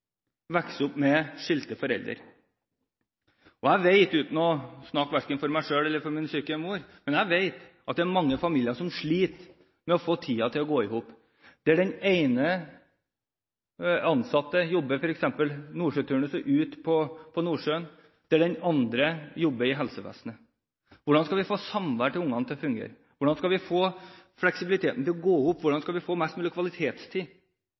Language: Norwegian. opp med skilte foreldre. Jeg vet – uten å snakke for verken meg selv eller min syke mor – at det er mange familier som sliter med å få tiden til å gå i hop, f.eks. der den ene jobber i turnus ute i Nordsjøen, og der den andre jobber i helsevesenet. Hvordan skal vi få samværet med ungene til å fungere? Hvordan skal vi få fleksibiliteten til å gå opp, og hvordan skal vi få mest mulig kvalitetstid?